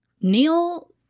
Neil